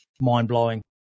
mind-blowing